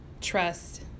trust